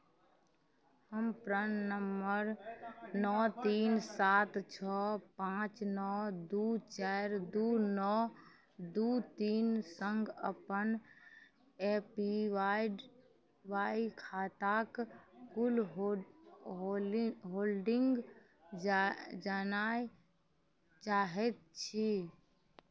हम PRAN number नओ तीन सात छओ पाँच नओ दुइ चारि दुइ नओ दुइ तीन सङ्ग अपन ए पी वाइ ड वाइ खाताके कुल हो होलि होल्डिन्ग जा जानै चाहै छी